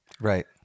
Right